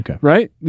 right